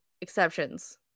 exceptions